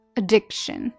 addiction